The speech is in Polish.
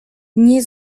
nie